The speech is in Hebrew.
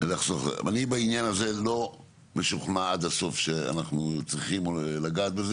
אני בעניין הזה לא משוכנע עד הסוף שאנחנו צריכים לגעת בזה,